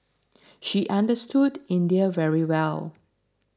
she understood India very well